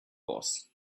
boss